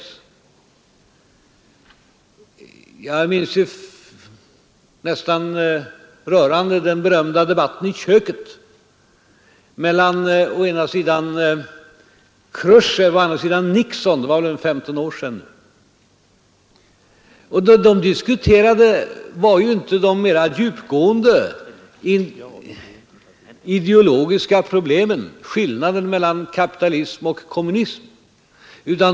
Jag minns nästan med rörelse den berömda debatten i köket mellan å ena sidan Chrustjev och å andra sidan Nixon för en 15 år sedan. Vad de diskuterade var ju inte de mera djupgående ideologiska problemen, det var inte skillnaden mellan kapitalism och kommunism.